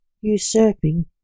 usurping